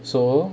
so